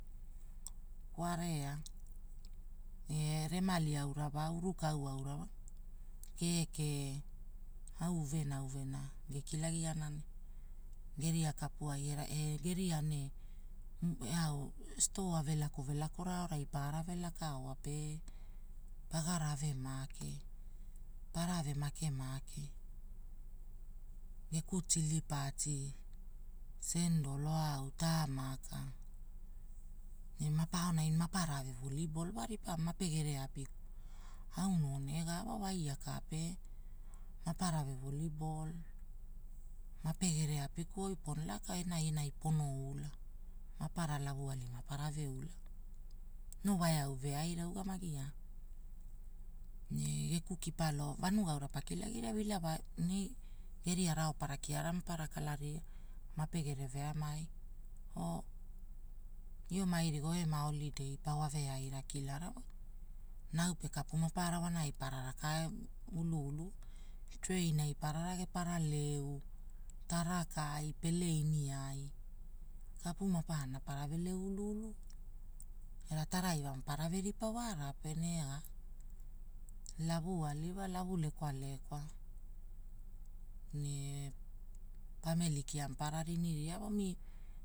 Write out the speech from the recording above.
Wara ea, e remali aura wa urukau aura wa keke au uvena uvena gekilagiana geria kapuai e geria eau stoa velaku velakora aonai pagarave lakaoa, pe garave make. Parave make make, geku tilipati, cenedol eau taamaka ne pa aonai mapa arave wolibol mapegere apiku. Auna noo nega wa,. waia ka pe mapave wolibol, mapegere apiku oi pono laka enai enai pono ula. Mapara lavi alimo parave ula, noo wae au veaira ouga magina, nee geku kipalo vanua aura pakilagira wa ila wa, ne geria raupara kiara ma paara kalaria mapegere veamai noo, ioma rigo ioma olidei. wave aura kiiara wa na au pe kapu mapara wonai parae raka ula ula, trein ai para rage para leu, tarakai peleini ai. Kapu mapararana maparave leu ulu ulu, era taraivamo parave ripamo wara pe rega, lavu alimo wa lavulekwa lekwa nee pamili kia mapa riri ria omi